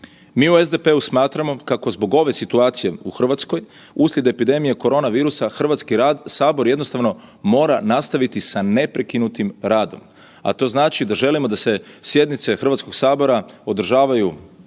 Mi u SDP-u smatramo kako zbog ove situacije u Hrvatskoj uslijed epidemije korona virusa Hrvatski sabor jednostavno mora nastaviti sa neprekinutim radom, a to znači da želimo da se sjednice Hrvatskog sabora održavaju